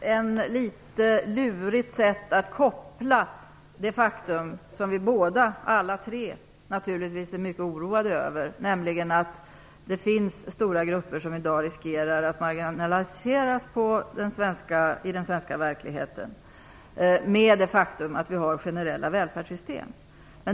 är litet lurig. Han kopplar ihop det faktum att det finns stora grupper som i dag riskerar att marginaliseras i den svenska verkligheten - som vi naturligtvis alla tre är mycket oroade över - med det faktum att vi har generella välfärdssystem.